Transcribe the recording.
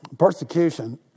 Persecution